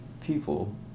people